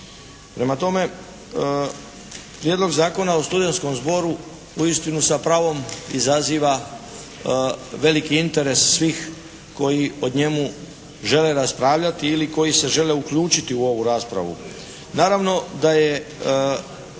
Prema tome, Prijedlog zakona o studentskom zboru uistinu sa pravom izaziva veliki interes svih koji o njemu žele raspravljati ili koji se žele uključiti u ovu raspravu.